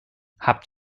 habt